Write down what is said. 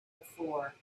before